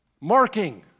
marking